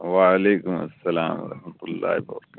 وعلیکم السلام و رحمتہ اللہ برکاتہ